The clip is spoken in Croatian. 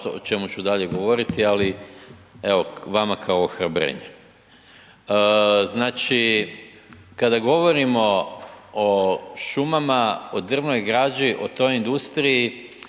o čemu ću dalje govoriti ali evo vama kao ohrabrenje. Znači kada govorimo o šumama, o drvnoj građi, o toj industriji,